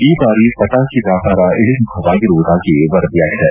ಈ ಬಾರಿ ಪಟಾಕಿ ವ್ಯಾಪಾರ ಇಳಿಮುಖವಾಗಿರುವುದಾಗಿ ವರದಿಯಾಗಿದೆ